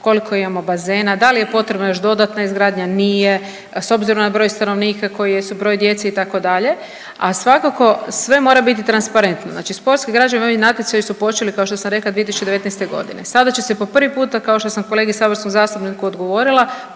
koliko imamo bazena, da li je potrebna još dodatna izgradnja, nije, a s obzirom na broj stanovnika koji jesu, broj djece itd., a svakako sve mora biti transparentno. Znači sportske građevine i ovi natječaji su počeli kao što sam rekla 2019.g., sada će se po prvi puta kao što sam kolegi saborskom zastupniku odgovorila